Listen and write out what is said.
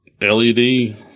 LED